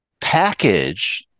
package